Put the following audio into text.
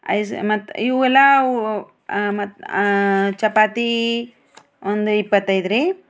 ice ಮತ್ತು ಇವು ಎಲ್ಲ ಅವು ಮತ್ತು ಚಪಾತಿ ಒಂದು ಇಪ್ಪತ್ತೈದು ರಿ